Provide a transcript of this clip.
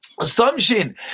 Assumption